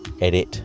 edit